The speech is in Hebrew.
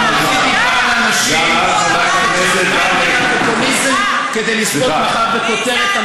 אתה מוציא דיבה על אנשים ומשתמש בפופוליזם כדי לזכות מחר בכותרת.